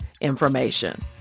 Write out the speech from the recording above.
information